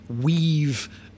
weave